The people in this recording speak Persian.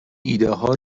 ایدهها